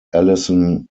allison